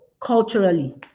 culturally